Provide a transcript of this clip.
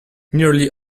nearly